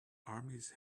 armies